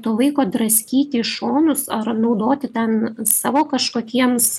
to vaiko draskyti į šonus ar naudoti ten savo kažkokiems